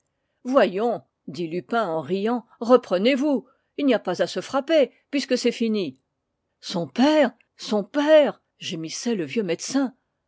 voyons dit lupin en riant reprenez vous il n'y a pas à se frapper puisque c'est fini son père son père gémissait le vieux médecin